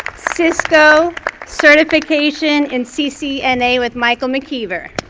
cisco certification in ccna with michael mckeever.